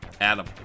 adam